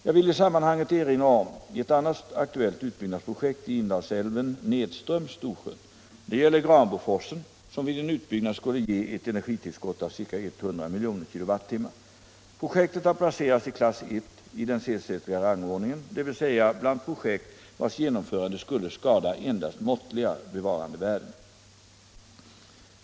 Jag vill i sammanhanget erinra om ett annat aktuellt utbyggnadsprojekt i Indalsälven nedströms Storsjön. Det gäller Granboforsen, som vid en utbyggnad skulle ge ett energitillskott av ca 100 miljoner kilowattimmar. Projektet har placerats i klass 1 i den Sehlstedtska rangordningen, dvs. bland projekt vars genomförande skulle skada endast måttliga bevarandevärden.